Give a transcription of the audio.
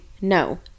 No